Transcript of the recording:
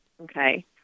okay